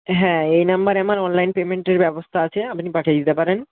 হ্যাঁ এই নাম্বারে আমার অনলাইন পেমেন্টের ব্যবস্থা আছে আপনি পাঠিয়ে দিতে পারেন